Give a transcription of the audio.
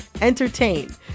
entertain